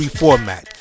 format